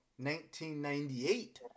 1998